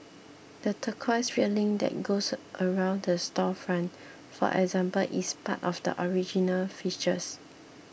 the turquoise railing that goes around the storefront for example is part of the original fixtures